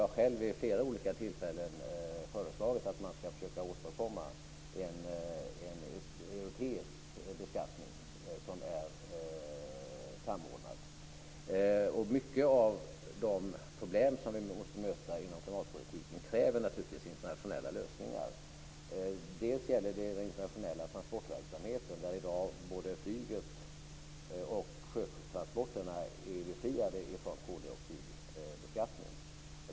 Jag har själv vid flera olika tillfällen föreslagit att man ska försöka åstadkomma en europeisk beskattning som är samordnad. Många av de problem som vi nu måste möta inom klimatpolitiken kräver naturligtvis internationella lösningar. Det gäller t.ex. den internationella transportverksamheten, där i dag både flyget och sjötransporterna är befriade från koldioxidbeskattning.